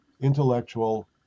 intellectual